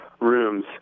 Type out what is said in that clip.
rooms